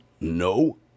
No